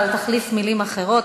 אבל תחליף במילים אחרות.